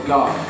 God